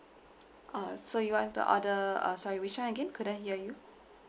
uh so you what to order uh sorry which one again couldn't hear you